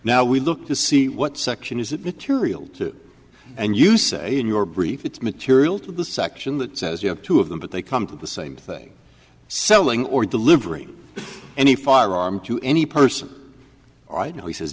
now we look to see what section is that material and you say in your brief it's material to the section that says you have two of them but they come to the same thing soling or delivering any firearm to any person right now he says